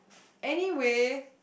anyway